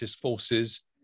forces